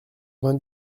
vingt